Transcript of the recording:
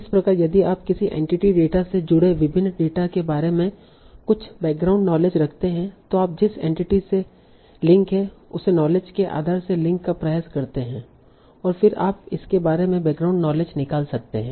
इस प्रकार यदि आप किसी एंटिटी डेटा से जुड़े विभिन्न डेटा के बारे में कुछ बैकग्राउंड नॉलेज रखते हैं तो आप जिस एंटिटी से लिंक हैं उसे नॉलेज के आधार से लिंक का प्रयास करते हैं और फिर आप इसके बारे में बैकग्राउंड नॉलेज निकाल सकते हैं